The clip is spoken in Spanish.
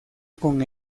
con